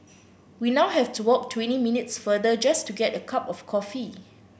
we now have to walk twenty minutes farther just to get a cup of coffee